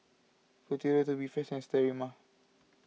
Futuro Tubifast and Sterimar